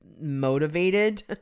motivated